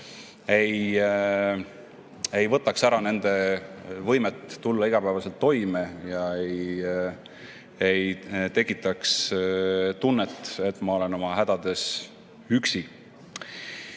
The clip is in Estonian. ei võtaks ära nende võimet tulla igapäevaselt toime ega tekitaks tunnet, et nad on oma hädades üksi. Meie